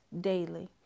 daily